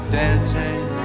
dancing